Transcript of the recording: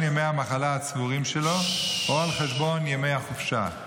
ימי המחלה הצבורים שלו או על חשבון ימי החופשה,